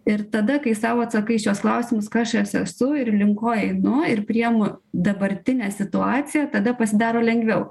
ir tada kai sau atsakai į šiuos klausimus kas aš esu ir link ko einu ir priimu dabartinę situaciją tada pasidaro lengviau